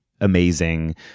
amazing